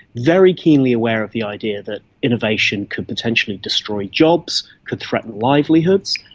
very keenly aware of the idea that innovation could potentially destroy jobs, could threaten livelihoods,